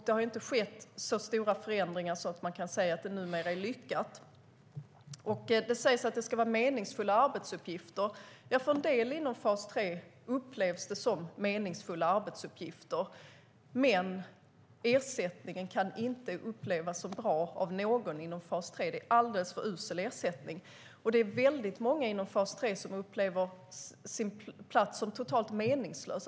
Det har inte skett så stora förändringar att man kan säga att det numera är lyckat. Det sägs att det ska vara meningsfulla arbetsuppgifter. Ja, för en del inom fas 3 upplevs det som meningsfulla arbetsuppgifter, men ersättningen kan inte upplevas som bra av någon inom fas 3. Det är alldeles för usel ersättning. Det är också många inom fas 3 som upplever sin plats som totalt meningslös.